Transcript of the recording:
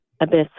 abyss